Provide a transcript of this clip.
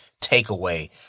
takeaway